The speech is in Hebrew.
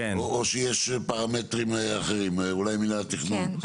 או שיש פרמטרים אחרים אולי של מינהל התכנון?